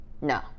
No